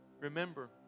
remember